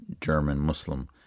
German-Muslim